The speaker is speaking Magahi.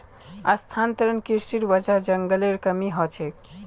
स्थानांतरण कृशिर वजह जंगलेर कमी ह छेक